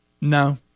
No